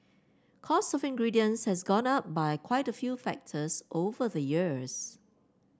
cost of ingredients has gone up by quite a few factors over the years